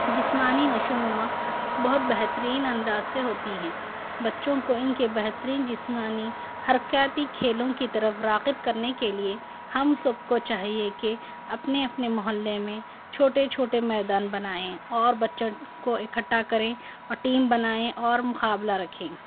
جسمانی نشو و نما بہت بہترین انداز سے ہوتی ہیں بچوں کو ان کے بہترین جسمانی حرکاتی کھیلوں کی طرف راغب کرنے کے لئے ہم سب کو چاہیے کہ اپنے اپنے محلے میں چھوٹے چھوٹے میدان بنائیں اور بچوں کو اکٹھا کریں اور ٹیم بنائیں اور مقابلہ رکھیں